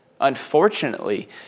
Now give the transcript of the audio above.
unfortunately